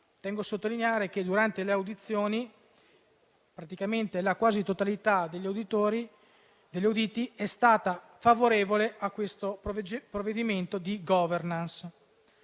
Tengo a sottolineare che, durante le audizioni, praticamente la quasi totalità degli auditi è stata favorevole a questo provvedimento di *governance*.